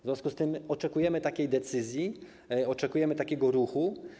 W związku z tym oczekujemy takiej decyzji, oczekujemy takiego ruchu.